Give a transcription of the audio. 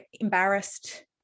embarrassed